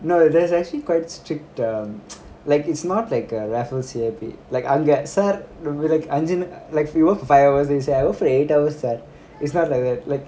no there's actually quite strict um like it's not like err raffles here be~ like like you work for five hours then you say I'm afraid it's not like that like